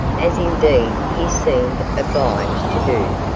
as indeed he seemed obliged to do,